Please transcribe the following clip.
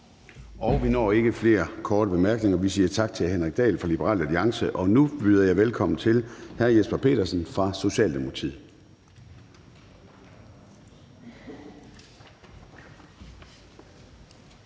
Vi når ikke flere korte bemærkninger. Vi siger tak til hr. Henrik Dahl fra Liberal Alliance. Nu byder jeg velkommen til hr. Jesper Petersen fra Socialdemokratiet.